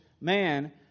man